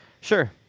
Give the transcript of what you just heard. Sure